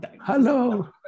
hello